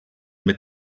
mit